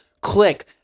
click